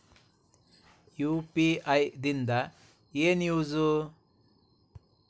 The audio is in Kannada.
ಯು.ಪಿ.ಐ ದಿಂದ ಏನು ಯೂಸ್?